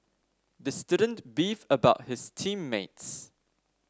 the student beefed about his team mates